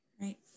Right